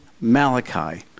Malachi